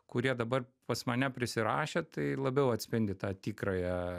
kurie dabar pas mane prisirašę tai labiau atspindi tą tikrąją